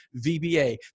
VBA